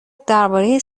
درباره